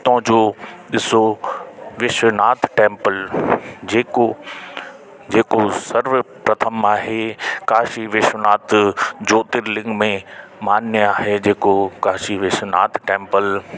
हुतों जो ॾिसो विश्वनाथ टैंपल जेको जेको सर्व प्रथम आहे काशी विश्वनाथ ज्योतीर्लिंग में मान्य आहे जेको काशी विश्वनाथ टैम्पल